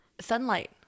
Sunlight